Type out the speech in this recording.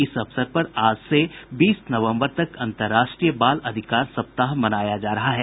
इस अवसर पर आज से बीस नवम्बर तक अंतर्राष्ट्रीय बाल अधिकार सप्ताह मनाया जा रहा है